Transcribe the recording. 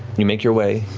you make your way